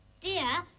dear